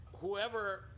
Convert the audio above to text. whoever